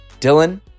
Dylan